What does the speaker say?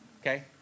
Okay